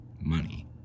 money